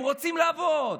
הם רוצים לעבוד,